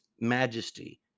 majesty